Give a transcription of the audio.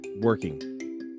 working